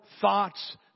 thoughts